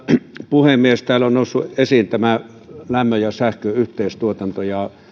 puhemies täällä on noussut esiin lämmön ja sähkön yhteistuotanto ja